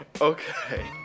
Okay